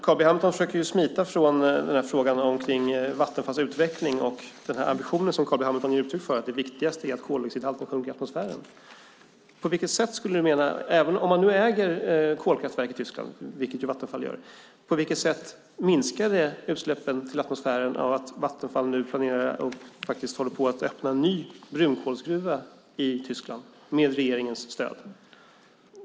Carl B Hamilton försöker smita från frågan om Vattenfalls utveckling och den ambition som Carl B Hamilton ger uttryck för, nämligen att det viktigaste är att koldioxidhalten i atmosfären sjunker. På vilket sätt minskar utsläppen i atmosfären av att Vattenfall håller på att öppna en ny brunkolsgruva i Tyskland med regeringens stöd?